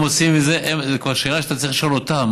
זו כבר שאלה שאתה צריך לשאול אותם,